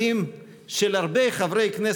חבריי,